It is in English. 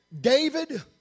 David